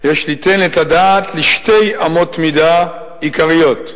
"יש ליתן את הדעת" לשתי אמות מידה עיקריות,